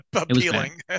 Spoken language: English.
appealing